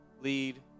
lead